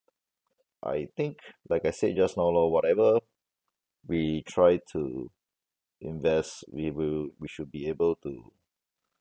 I think like I said just now lor whatever we try to invest we will we should be able to